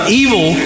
evil